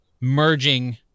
merging